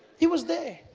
he was there